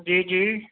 جی جی